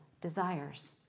desires